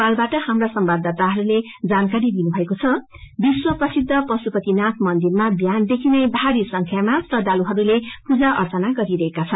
नेपालबाट आप्रा संवाददाताले जानकारी दिनुभएको छ विश्व प्रसिद्ध प्खुपतिनाथ मन्दिरमा विहानदेखि नै भारी संख्यामा श्रदालुहरूले पूजा अर्चना गरिरहेका छन्